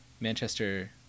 Manchester